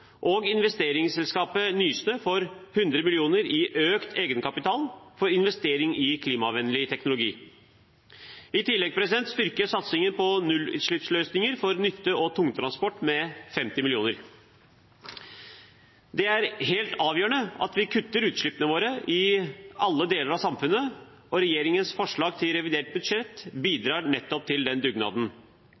og investeringsselskapet Nysnø får 100 mill. kr i økt egenkapital for investering i klimavennlig teknologi. I tillegg styrkes satsingen på nullutslippsløsninger for nytte- og tungtransport med 50 mill. kr. Det er helt avgjørende at vi kutter utslippene våre i alle deler av samfunnet, og regjeringens forslag til revidert budsjett bidrar nettopp til den dugnaden.